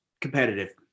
competitive